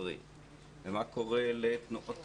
תודה רבה.